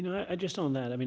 i just on that i mean